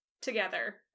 together